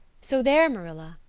so there, marilla.